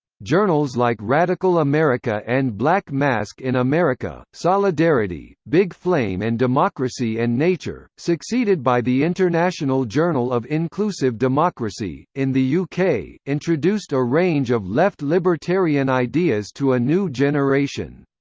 journals like radical america and black mask in america, solidarity, big flame and democracy and nature, succeeded by the international journal of inclusive democracy, in the yeah uk, introduced a range of left libertarian ideas to a new generation.